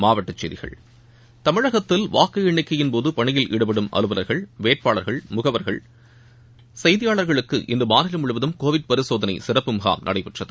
மாவட்ட செய்திகள் தமிழகத்தில் வாக்கு எண்ணிக்கையின் போது பணியில் ஈடுபடும் அலுவலர்கள் வேட்பாளர்கள் முகவர்கள் செய்தியாளர்களுக்கு இன்று மாநிலம் முழுவதும் கோவிட் பரிசோதனை சிறப்பு முகாம் நடைபெற்றது